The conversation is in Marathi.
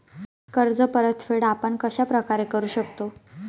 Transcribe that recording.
कर्ज परतफेड आपण कश्या प्रकारे करु शकतो?